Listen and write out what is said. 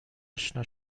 اشنا